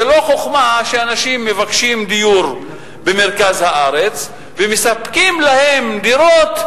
זו לא חוכמה שאנשים מבקשים דיור במרכז הארץ ומספקים להם דירות,